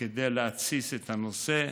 כדי להתסיס בנושא,